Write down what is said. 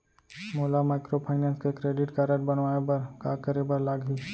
मोला माइक्रोफाइनेंस के credit card बनवाए बर का करे बर लागही?